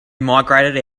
migrated